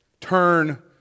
turn